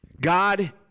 God